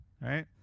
right